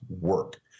work